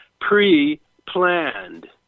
Pre-planned